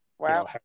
Wow